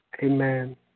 Amen